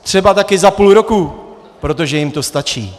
Třeba také za půl roku, protože jim to stačí.